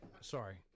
Sorry